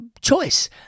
choice